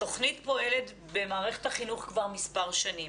התוכנית פועלת במערכת החינוך כבר מספר שנים